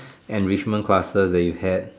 enrichment classes that you have